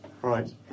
Right